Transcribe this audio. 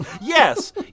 Yes